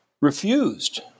refused